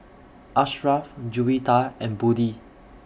Ashraff Juwita and Budi